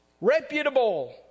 reputable